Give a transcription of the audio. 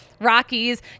Rockies